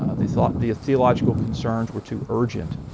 ah they thought the theological concerns were too urgent.